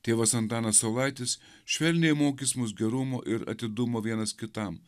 tėvas antanas saulaitis švelniai mokys mus gerumo ir atidumo vienas kitam